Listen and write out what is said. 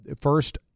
first